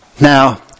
Now